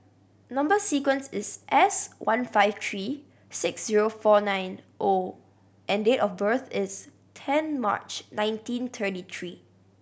number sequence is S one five three six zero four nine O and date of birth is ten March nineteen thirty three